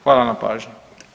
Hvala na pažnji.